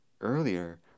earlier